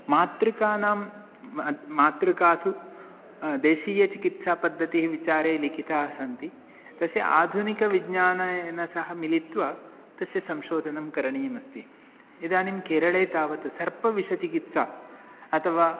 मातृकानां माता मातृकासु देशीयचिकित्सापद्धतिः विचारे लिखिताः सन्ति तस्य आधुनिकविज्ञानेन सह मिलित्वा तस्य संशोधनं करणीयमस्ति इदानीं केरले तावत् सर्पविषचिकित्सा अथवा